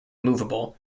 movable